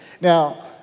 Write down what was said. Now